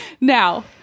Now